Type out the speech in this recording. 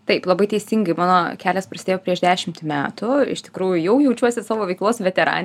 taip labai teisingai mano kelias prasidėjo prieš dešimt metų iš tikrųjų jau jaučiuosi savo veiklos veteranė